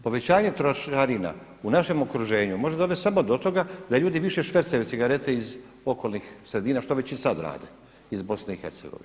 Povećanje trošarina u našem okruženju može dovesti samo do toga da ljudi više švercaju cigarete iz okolnih sredina, što već i sada rade iz BiH.